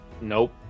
Nope